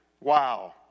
Wow